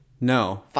No